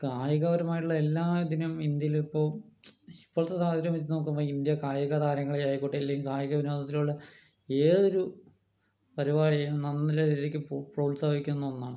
കായികപരമായിട്ടുള്ള എല്ലാ ഇതിനും ഇന്ത്യയില് ഇപ്പോൾ ഇപ്പോളത്തെ സാഹചര്യം വെച്ച് നോക്കുമ്പോൾ ഇന്ത്യ കായിക താരങ്ങളെ ആയിക്കോട്ടെ അല്ലെങ്കിൽ കായിക വിനോദത്തിലുള്ള ഏതൊരു പരിപാടിയും നല്ല രീതിക്ക് പ്രോത്സാഹിപ്പിക്കുന്ന ഒന്നാണ്